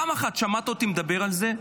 פעם אחת שמעת אותי מדבר על זה?